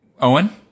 Owen